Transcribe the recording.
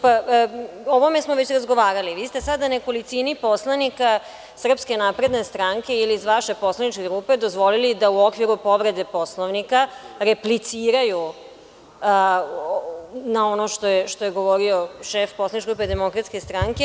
Pa, o ovome smo već razgovarali, vi ste sada nekolicini poslanika SNS ili iz vaše poslaničke grupe, dozvolili da u okviru povrede Poslovnika repliciraju na ono što je govorio šef poslaničke grupe DS.